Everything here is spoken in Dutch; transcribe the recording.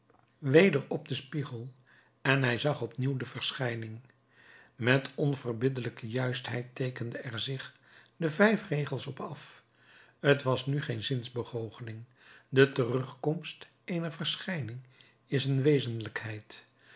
weder op den spiegel en hij zag opnieuw de verschijning met onverbiddelijke juistheid teekenden er zich de vijf regels op af t was nu geen zinsbegoocheling de terugkomst eener verschijning is een wezenlijkheid